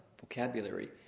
vocabulary